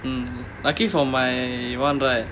mm luckily for my [one] right